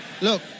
look